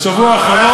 בשבוע האחרון,